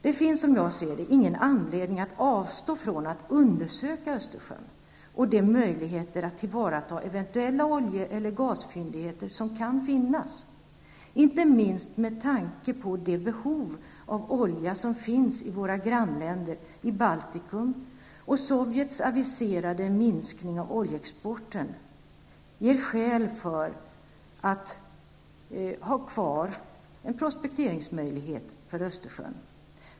Som jag ser det finns det ingen anledning att avstå från att undersöka Östersjön och de möjligheter att tillvarata de oljeeller gasfyndigheter som kan finnas. Inte minst med tanke på behovet av olja i våra grannländer i Baltikum och Sovjets aviserade minskning av oljeexporten finns det skäl att ha kvar en prospekteringsmöjlighet beträffande Östersjön.